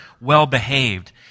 well-behaved